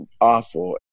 awful